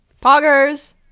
Poggers